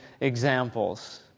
examples